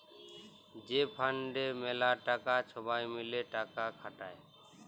যে ফাল্ডে ম্যালা টাকা ছবাই মিলে টাকা খাটায়